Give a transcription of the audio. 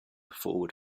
forward